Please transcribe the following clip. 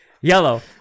Yellow